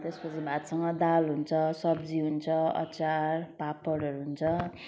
त्यसपछि भातसँग दाल हुन्छ सब्जी हुन्छ अचार पापडहरू हुन्छ